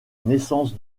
naissance